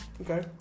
Okay